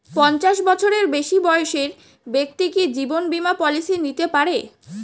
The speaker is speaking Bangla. পঞ্চাশ বছরের বেশি বয়সের ব্যক্তি কি জীবন বীমা পলিসি নিতে পারে?